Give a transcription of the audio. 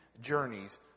journeys